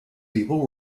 people